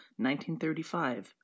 1935